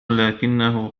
لكنه